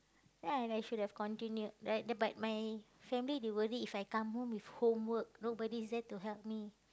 then I like should have continued right but my family they worry If I come home with homework nobody is there to help me